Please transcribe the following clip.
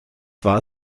war